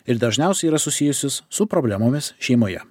ir dažniausiai yra susijusios su problemomis šeimoje